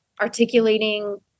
articulating